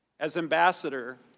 as ambassador,